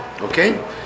okay